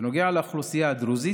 בנוגע לאוכלוסייה הדרוזית,